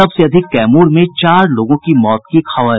सबसे अधिक कैमूर में चार लोगों की मौत की खबर